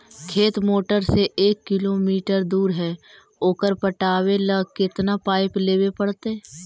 खेत मोटर से एक किलोमीटर दूर है ओकर पटाबे ल केतना पाइप लेबे पड़तै?